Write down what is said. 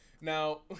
Now